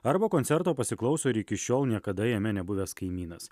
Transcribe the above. arba koncerto pasiklauso ir iki šiol niekada jame nebuvęs kaimynas